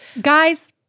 Guys –